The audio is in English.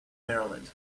maryland